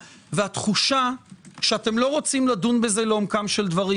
והתחושה שאינכם רוצים לדון בזה לעומקם של דברים.